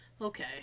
Okay